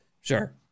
sure